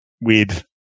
weird